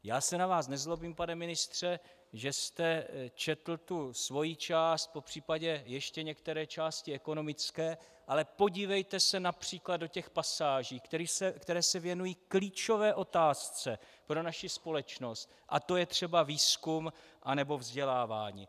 Já se na vás nezlobím, pane ministře, že jste četl tu svoji část, popřípadě ještě některé části ekonomické, ale podívejte se například do těch pasáží, které se věnují klíčové otázce pro naši společnost, a to je třeba výzkum a nebo vzdělávání.